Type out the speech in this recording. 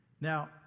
Now